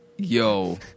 Yo